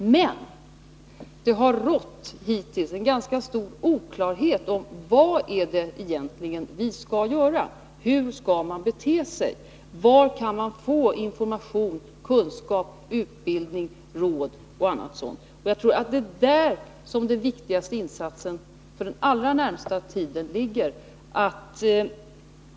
Men det har hittills rått en ganska stor oklarhet om vad det egentligen är man skall göra, om hur man skall bete sig, om var man kan få information, kunskap, utbildning, råd och annat sådant. Jag tror att det är där den viktigaste insatsen för den allra närmaste tiden ligger.